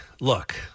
look